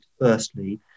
firstly